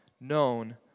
Known